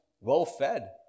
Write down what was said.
well-fed